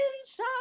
inside